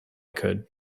could